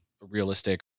realistic